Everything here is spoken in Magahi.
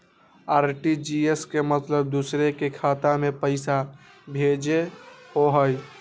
आर.टी.जी.एस के मतलब दूसरे के खाता में पईसा भेजे होअ हई?